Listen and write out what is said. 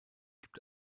gibt